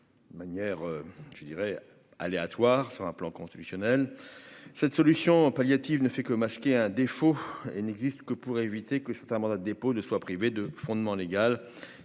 manière je dirais aléatoire sur un plan constitutionnel cette solution palliative ne fait que masquer un défaut et n'existe que pour éviter que certains mandat de dépôt de soit privée de fondement légal